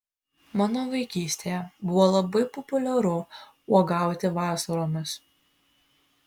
mano vaikystėje buvo labai populiaru uogauti vasaromis